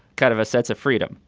kind of a sense of freedom.